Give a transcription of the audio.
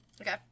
okay